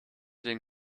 den